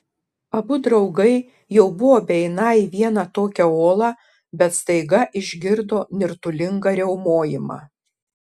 abu draugai jau buvo beeiną į vieną tokią olą bet staiga išgirdo nirtulingą riaumojimą